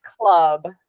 club